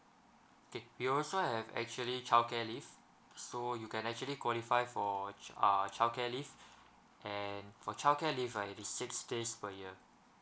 okay we also have actually childcare leave so you can actually qualify for chi~ uh childcare leave and for childcare leave right it is six days per year